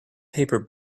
paper